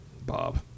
Bob